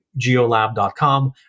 geolab.com